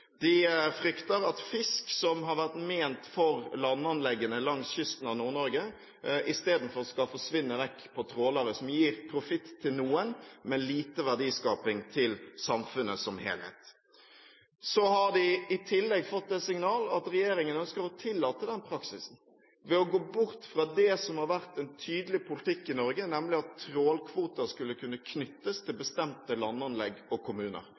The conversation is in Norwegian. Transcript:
De frykter at fisk som har vært ment for landanleggene langs kysten av Nord-Norge, i stedet skal forsvinne vekk på trålere som gir profitt til noen, men som gir lite verdiskaping til samfunnet som helhet. I tillegg har de fått et signal om at regjeringen ønsker å tillate den praksisen ved å gå bort fra det som har vært en tydelig politikk i Norge, nemlig at trålkvoter skal kunne knyttes til bestemte landanlegg og kommuner,